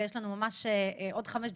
ויש לנו עוד חמש דקות.